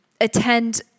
attend